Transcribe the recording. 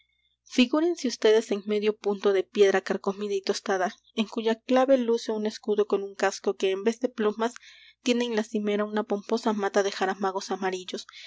guía figúrense ustedes un medio punto de piedra carcomida y tostada en cuya clave luce un escudo con un casco que en vez de plumas tiene en la cimera una pomposa mata de jaramagos amarillos